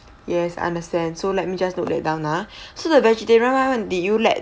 yes understand so let me just note that down lah so the vegetarian one one did you let